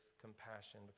compassion